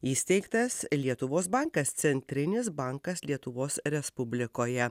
įsteigtas lietuvos bankas centrinis bankas lietuvos respublikoje